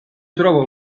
trova